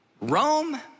Rome